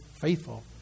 faithful